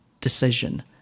decision